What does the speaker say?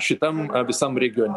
šitam visam regione